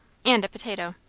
and a potato.